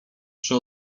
przy